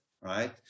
right